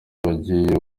wagiye